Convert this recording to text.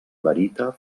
barita